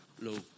low